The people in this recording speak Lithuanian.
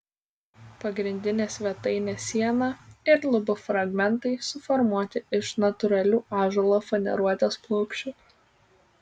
pagrindinė svetainės siena ir lubų fragmentai suformuoti iš natūralių ąžuolo faneruotės plokščių